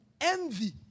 envy